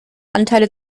anteile